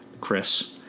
Chris